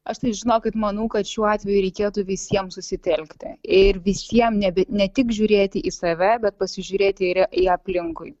aš tai žinokit manau kad šiuo atveju reikėtų visiem susitelkti ir visiem nebe ne tik žiūrėti į save bet pasižiūrėti ir į aplinkui